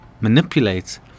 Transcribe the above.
manipulates